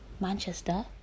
Manchester